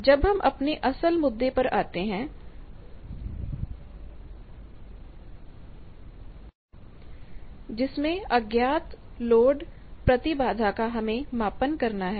अब हम अपने असल मुद्दे पर आते हैं जोकि अज्ञात लोड प्रतिबाधा का मापन है